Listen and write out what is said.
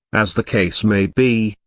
as the case may be,